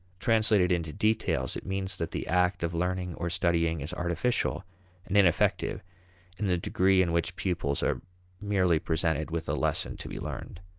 translated into details, it means that the act of learning or studying is artificial and ineffective in the degree in which pupils are merely presented with a lesson to be learned.